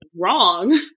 wrong